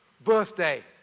birthday